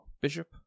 Bishop